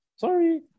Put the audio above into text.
sorry